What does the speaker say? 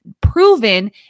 proven